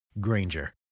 Granger